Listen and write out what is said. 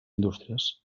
indústries